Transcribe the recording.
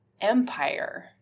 empire